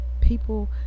People